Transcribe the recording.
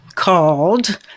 called